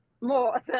more